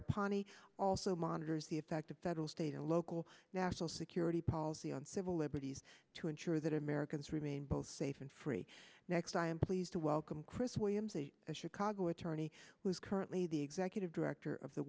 pani also monitors the effect of federal state and local national security policy on civil liberties to ensure that americans remain both safe and free next i am pleased to welcome chris williams a chicago attorney who is currently the executive director of the